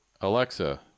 Alexa